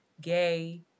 gay